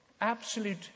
absolute